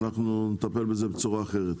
נטפל בזה בצורה אחרת.